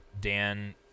Dan